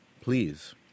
please